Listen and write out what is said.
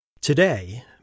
Today